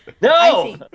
No